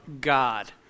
God